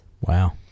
Wow